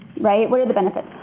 right? where are the benefits?